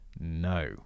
no